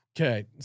okay